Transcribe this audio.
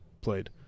played